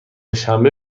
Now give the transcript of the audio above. شنبه